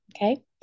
Okay